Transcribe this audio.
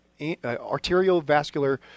arteriovascular